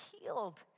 healed